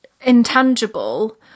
intangible